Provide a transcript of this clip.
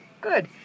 Good